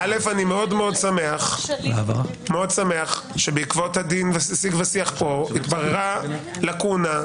אני מאוד שמח שבעקבות הדיון פה התבררה לקונה,